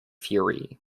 fury